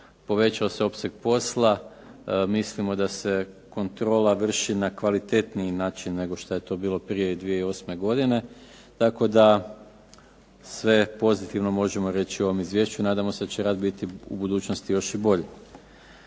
povećao se opseg posla, mislimo da se kontrola vrši na kvalitetniji način nego šta je to bilo prije 2008. godine, tako da sve pozitivno možemo reći o ovom izvješću, nadamo se da će rad biti u budućnosti još i bolji.